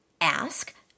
Ask